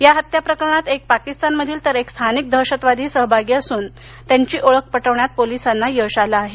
या हत्याप्रकरणात एक पाकिस्तानमधील तर एक स्थानिक दहशतवादी सहभागी असून त्यांची ओळख पटवण्यात पोलिसांना यश आलं आहे